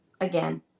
Again